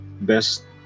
best